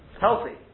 healthy